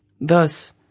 Thus